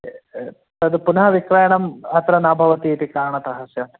तद् पुनः विक्रयणम् अत्र न भवति इति कारणतः स्यात्